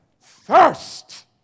thirst